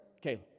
Caleb